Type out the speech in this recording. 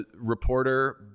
reporter